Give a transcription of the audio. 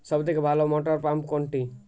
সবথেকে ভালো মটরপাম্প কোনটি?